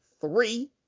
three